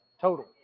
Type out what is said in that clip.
Total